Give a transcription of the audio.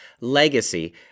legacy